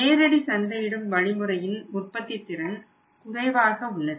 நேரடி சந்தையிடும் வழிமுறையின் உற்பத்தித் திறன் குறைவாக உள்ளது